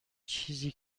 چیزی